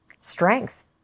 strength